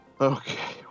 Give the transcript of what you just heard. Okay